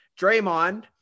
Draymond